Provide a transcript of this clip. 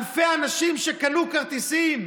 אלפי האנשים קנו כרטיסים,